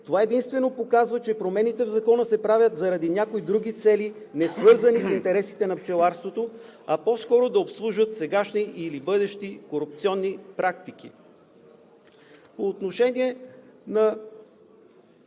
Това единствено показва, че промените в Закона се правят заради някои други цели, несвързани с интересите на пчеларството, а по-скоро да обслужват сегашни или бъдещи корупционни практики.